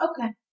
Okay